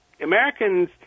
Americans